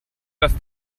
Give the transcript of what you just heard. das